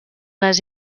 les